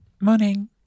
Morning